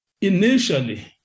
initially